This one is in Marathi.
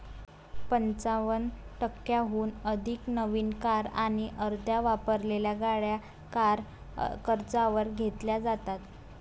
पंचावन्न टक्क्यांहून अधिक नवीन कार आणि अर्ध्या वापरलेल्या गाड्या कार कर्जावर घेतल्या जातात